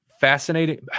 fascinating